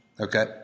okay